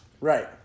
Right